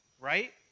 right